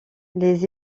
les